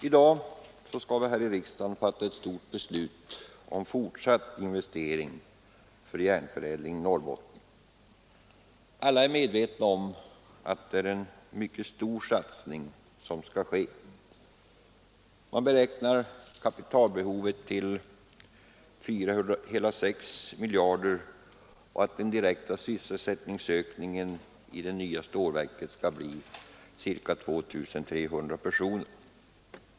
I dag skall vi här i riksdagen fatta ett stort beslut om fortsatt investering för järnförädling i Norrbotten. Alla är medvetna om att det är en mycket stor satsning som skall ske. Man beräknar kapitalbehovet till 4,6 miljarder kronor, och den direkta ökningen av antalet anställda i det nya stålverket har uppskattats till ca 2 300.